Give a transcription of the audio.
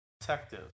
detective